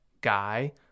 guy